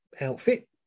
outfit